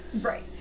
Right